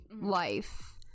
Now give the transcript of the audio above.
life